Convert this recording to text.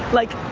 like,